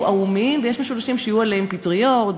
ערומים ויש משולשים שיהיו עליהם פטריות,